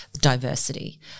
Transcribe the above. diversity